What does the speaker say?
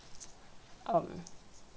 um